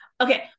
Okay